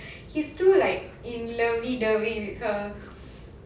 he's too like in lovey-dovey with her